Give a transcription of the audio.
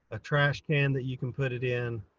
a trash can that you can put it in.